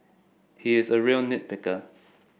he is a real nit picker